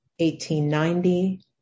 1890